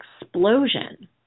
explosion